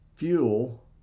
fuel